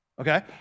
okay